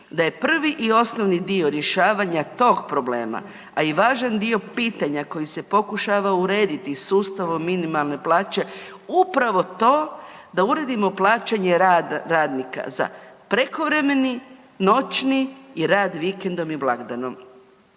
da je prvi i osnovni dio rješavanja tog problema, a i važan dio pitanja koji se pokušava rediti sustavom minimalne plaće upravo to da uredimo plaćanje radnika za prekovremeni, noćni i rad vikendom i blagdanom.